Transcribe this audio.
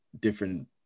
different